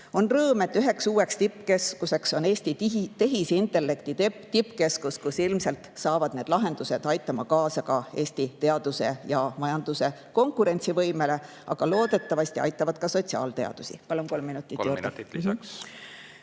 On rõõm, et üheks uueks tippkeskuseks on Eesti tehisintellekti tippkeskus, kus ilmselt saavad need lahendused aitama kaasa ka Eesti teaduse ja majanduse konkurentsivõimele, aga loodetavasti aitavad ka sotsiaalteadusi. Palun kolm minutit juurde. Kolm minutit lisaks.